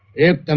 it? and